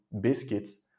biscuits